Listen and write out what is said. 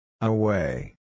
Away